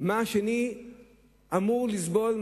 מה השני אמור לסבול,